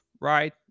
right